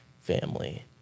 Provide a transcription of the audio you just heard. family